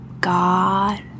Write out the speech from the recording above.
God